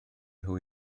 nhw